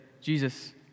Jesus